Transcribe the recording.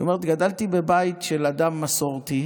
היא הייתה אומרת: גדלתי בבית של אדם מסורתי,